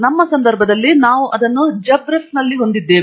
ನಮ್ಮ ಸಂದರ್ಭದಲ್ಲಿ ನಾವು ಅದನ್ನು ಜಬ್ರ್ಫೆಫ್ನಲ್ಲಿ ಹೊಂದಿದ್ದೇವೆ